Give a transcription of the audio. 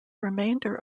remainder